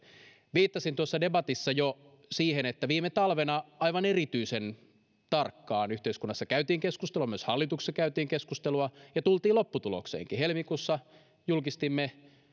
viittasin tuossa debatissa jo siihen että viime talvena aivan erityisen tarkkaan yhteiskunnassa käytiin keskustelua myös hallituksessa käytiin keskustelua ja tultiin lopputulokseenkin helmikuussa julkistimme